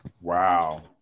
Wow